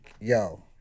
yo